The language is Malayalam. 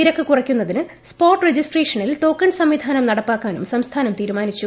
തിരക്ക് കുറയ്ക്കുന്നതിന് സ്പോട്ട് രജിസ്ട്രേഷനിൽ ടോക്കൺ സംവിധാനം നടപ്പാക്കാനും സംസ്ഥാനം തീരുമാനിച്ചു